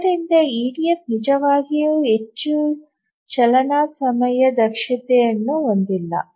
ಆದ್ದರಿಂದ ಇಡಿಎಫ್ ನಿಜವಾಗಿಯೂ ಹೆಚ್ಚು ಚಾಲನಾಸಮಯ ದಕ್ಷತೆಯನ್ನು ಹೊಂದಿಲ್ಲ